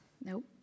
Nope